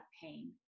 pain